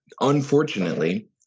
unfortunately